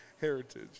Heritage